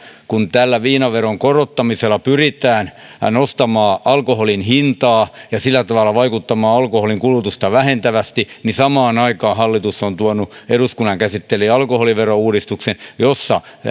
kun tällä viinaveron korottamisella pyritään nostamaan alkoholin hintaa ja sillä tavalla vaikuttamaan alkoholin kulutusta vähentävästi samaan aikaan hallitus on tuonut eduskunnan käsittelyyn alkoholilain uudistuksen jossa